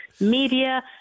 media